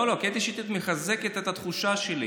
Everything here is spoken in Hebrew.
לא, לא, קטי שטרית מחזקת את התחושה שלי.